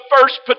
first